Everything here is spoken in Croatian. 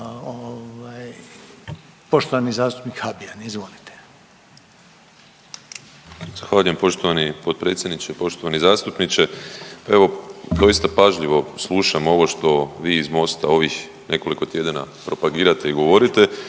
Poštovani zastupnik Habijan, izvolite. **Habijan, Damir (HDZ)** Zahvaljujem poštovani potpredsjedniče. Poštovani zastupniče. Evo doista pažljivo slušam ovo što vi iz Mosta ovih nekoliko tjedana propagirate i govorite,